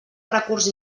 recurs